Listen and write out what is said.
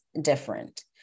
different